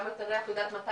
גם מתי מדשנים,